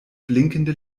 blinkende